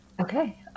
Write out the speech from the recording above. okay